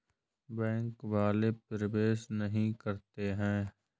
Bank वाले प्रवेश नहीं करते हैं?